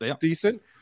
decent